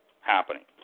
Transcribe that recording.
happening